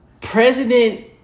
President